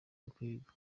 bakwiga